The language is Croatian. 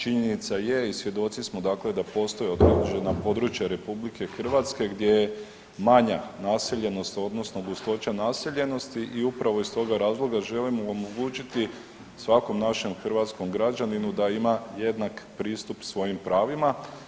Činjenica je i svjedoci smo, dakle da postoje određena područja Republike Hrvatske gdje je manja naseljenost, odnosno gustoća naseljenosti i upravo iz toga razloga želimo omogućiti svakom našem hrvatskom građaninu da ima jednak pristup svojim pravima.